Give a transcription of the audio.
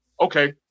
okay